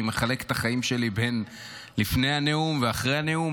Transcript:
אני מחלק את החיים שלי בין לפני הנאום ואחרי הנאום,